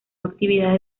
actividades